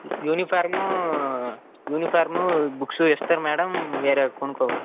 uniform uniform books ఇస్తారా madam వేరే కనుక్కోవాలా